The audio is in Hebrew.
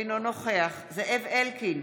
אינו נוכח זאב אלקין,